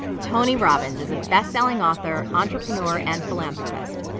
tony robbins is a bestselling author, entrepreneur, and philanthropist.